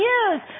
use